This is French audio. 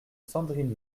sandrine